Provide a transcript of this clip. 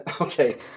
okay